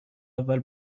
اول